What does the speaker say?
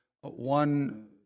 one